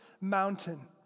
mountain